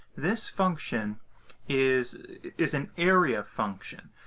this function is is an area of function.